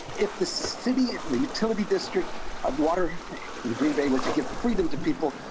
if the city and the utility district of water in green bay were to give freedom to people,